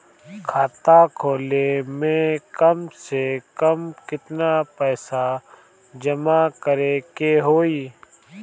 खाता खोले में कम से कम केतना पइसा जमा करे के होई?